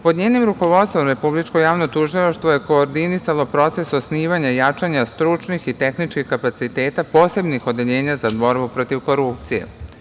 Pod njenim rukovodstvom Republičko javno tužilaštvo je koordinisalo proces osnivanja i jačanja stručnih i tehničkih kapaciteta posebnih odeljenja za borbu protiv korupcije.